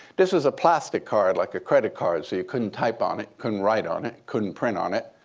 this was a plastic card like a credit card. so you couldn't type on it, couldn't write on it, couldn't print on it.